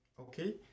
okay